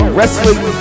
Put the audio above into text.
Wrestling